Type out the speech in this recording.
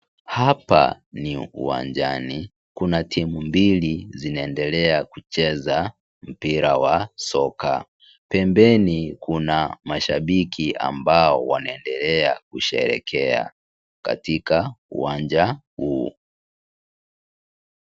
Hapa ni uwanjani, kuna timu mbili zinaendelea kucheza mpira wa soka pembeni kuna mashabiki ambao wanaendelea kusherekea katika uwanja huu.